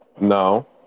No